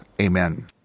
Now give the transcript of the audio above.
Amen